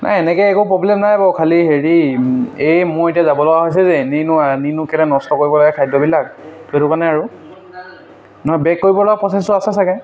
অঁ এনেকৈ একো প্ৰব্লেম নাই বাৰু খালি হেৰি এই মোৰ এতিয়া যাব লগা হৈছে যে এনেইনো আনিনো কেলে নষ্ট কৰিব লাগে খাদ্যবিলাক সেইটো কাৰণে আৰু নহয় বেক কৰিবলগা প্ৰচেছটো আছে চাগে